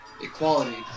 Equality